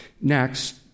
Next